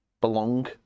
belong